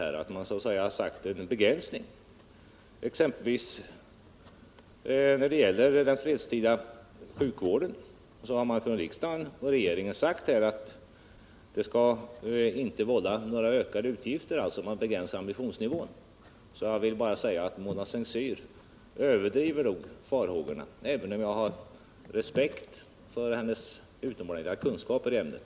När det gäller exempelvis den fredstida sjukvården har rikdag och regering sagt att denna inte skall vålla några ökade utgifter, vilket innebär att man föreskrivit en begränsad ambitionsnivå. Jag vill mot denna bakgrund säga att Mona S:t Cyr nog överdriver farhågorna, även om jag har respekt för hennes utomordentliga kunskaper i ämnet.